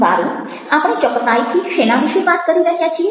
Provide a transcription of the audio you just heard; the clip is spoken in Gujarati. વારુ આપણે ચોક્કસાઈથી શેના વિશે વાત કરી રહ્યા છીએ